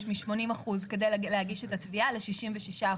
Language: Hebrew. מ-80% כדי להגיש את התביעה ל-66%,